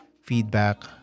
feedback